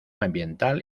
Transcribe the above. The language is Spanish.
ambiental